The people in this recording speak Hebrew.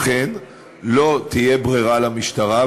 אכן לא תהיה ברירה למשטרה,